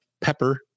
pepper